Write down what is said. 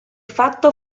fatto